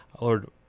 Lord